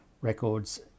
records